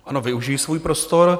Ano, využiji svůj prostor.